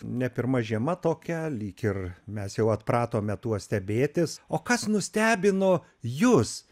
ne pirma žiema tokia lyg ir mes jau atpratome tuo stebėtis o kas nustebino jus